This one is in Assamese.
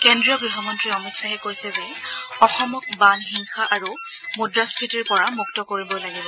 কেন্দ্ৰীয় গৃহমন্ত্ৰী অমিত শ্বাহে কৈছে যে অসমক বান হিংসা আৰু অনুপ্ৰৱেশৰ পৰা মুক্ত কৰিবই লাগিব